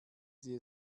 sie